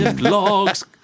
logs